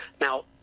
Now